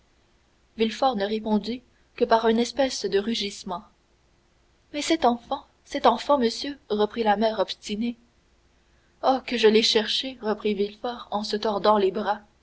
danglars villefort ne répondit que par une espèce de rugissement mais cet enfant cet enfant monsieur reprit la mère obstinée oh que je l'ai cherché reprit villefort en se tordant les bras